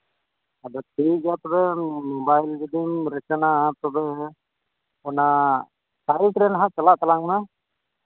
ᱟᱫᱚ ᱴᱷᱤᱠ ᱜᱮᱭᱟ ᱛᱚᱵᱮ ᱢᱳᱵᱟᱭᱤᱞ ᱡᱩᱫᱤᱢ ᱨᱤᱴᱟᱨᱱᱟ ᱛᱚᱵᱮ ᱚᱱᱟ ᱥᱟᱭᱤᱴ ᱨᱮ ᱦᱟᱸᱜ ᱪᱟᱞᱟᱜ ᱛᱟᱞᱟᱝ ᱢᱮ